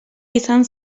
izan